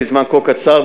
בזמן כה קצר,